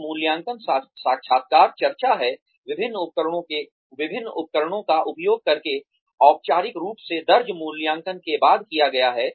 एक मूल्यांकन साक्षात्कार चर्चा है विभिन्न उपकरणों का उपयोग करके औपचारिक रूप से दर्ज मूल्यांकन के बाद किया गया है